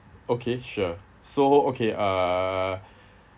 okay sure so okay uh